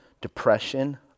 depression